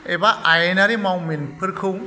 एबा आयेनारि मावमिनफोरखौ